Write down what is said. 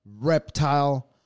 Reptile